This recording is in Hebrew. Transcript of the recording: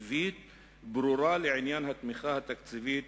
עקבית ברורה לעניין התמיכה התקציבית